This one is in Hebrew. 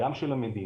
גם של המדינה.